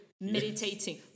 meditating